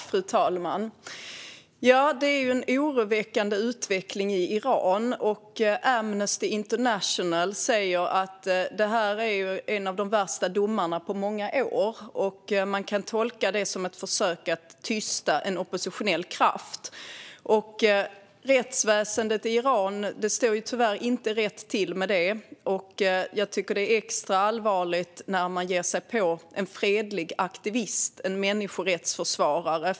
Fru talman! Det är en oroväckande utveckling i Iran. Amnesty International säger att detta är en av de värsta domarna på många år. Man kan tolka den som ett försök att tysta en oppositionell kraft. Tyvärr står det inte rätt till med rättsväsendet i Iran. Jag tycker att det är extra allvarligt när man ger sig på en fredlig aktivist och människorättsförsvarare.